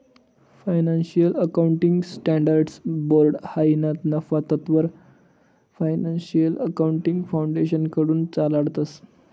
financial accounting standards board हायी ना नफा तत्ववर फायनान्शियल अकाउंटिंग फाउंडेशनकडथून चालाडतंस